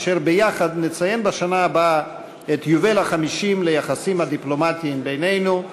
כאשר בשנה הבאה נציין ביחד את יובל ה-50 ליחסים הדיפלומטיים בינינו.